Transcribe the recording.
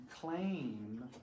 claim